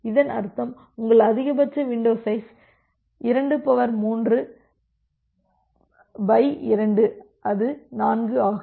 இதன் அர்த்தம் உங்கள் அதிகபட்ச வின்டோ சைஸ் 232 அது 4 ஆகும்